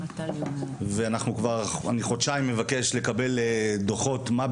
אני כבר חודשיים מבקש לקבל דו"חות על מה,